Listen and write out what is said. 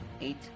Eight